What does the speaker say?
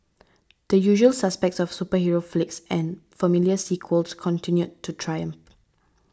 the usual suspects of superhero flicks and familiar sequels continued to triumph